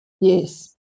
Yes